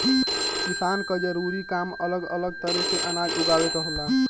किसान क जरूरी काम अलग अलग तरे से अनाज उगावे क होला